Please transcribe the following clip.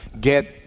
get